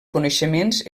coneixements